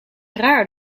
raar